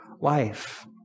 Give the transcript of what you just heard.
life